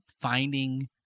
finding